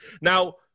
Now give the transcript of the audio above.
Now